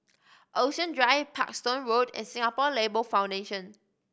Ocean Drive Parkstone Road and Singapore Labour Foundation